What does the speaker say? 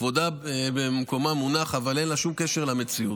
כבודה במקומו מונח, אבל אין לה שום קשר למציאות.